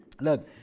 Look